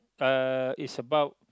uh is about